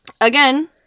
Again